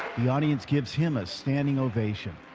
the audience gives him a standing ovation.